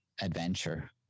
adventure